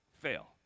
fail